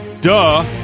Duh